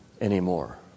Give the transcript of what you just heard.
Anymore